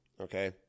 okay